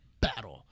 battle